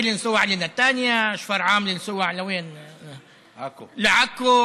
מה לעשות,